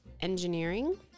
engineering